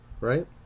right